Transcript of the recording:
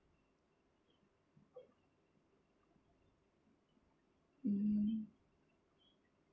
mm